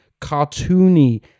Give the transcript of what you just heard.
cartoony